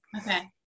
Okay